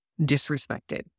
disrespected